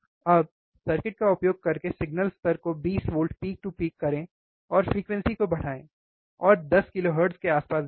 अब सर्किट का उपयोग करके सिग्नल स्तर को 20 वोल्ट पीक टू पीक करें और फ्रीक्वेंसी को बढ़ाएँ और 10 kHz के आसपास देखें